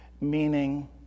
meaning